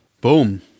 boom